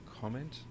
comment